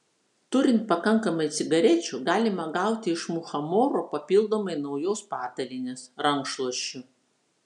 turint pakankamai cigarečių galima gauti iš muchamoro papildomai naujos patalynės rankšluosčių